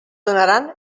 donaran